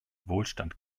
wohlstand